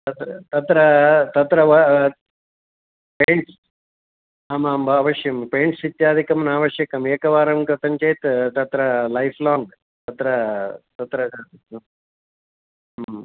तद् तत्र तत्र पेण्ट्स् आम् आम् अवश्यं पेण्ट्स् इत्यादिकं नावश्यकम् एकवारं गतं चेत् तत्र लैफ़्लाङ्ग् तत्र तत्र ह्म्